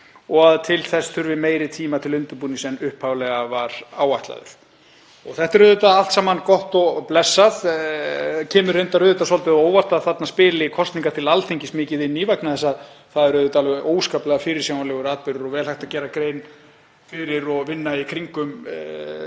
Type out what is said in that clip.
og að til þess þurfi meiri tíma til undirbúnings en upphaflega var áætlaður.“ Þetta er auðvitað allt saman gott og blessað. Kemur reyndar svolítið á óvart að þarna spili kosningar til Alþingis mikið inn í vegna þess að það er alveg óskaplega fyrirsjáanlegur atburður og vel hægt að gera grein fyrir og vinna í kringum,